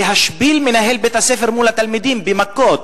להשפיל מנהל בית-ספר מול התלמידים במכות,